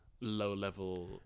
low-level